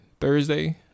Thursday